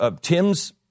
Tim's